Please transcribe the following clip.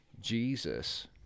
Jesus